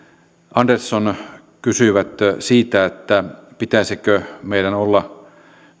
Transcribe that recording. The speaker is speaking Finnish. andersson kysyivät siitä pitäisikö meidän olla